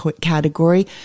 category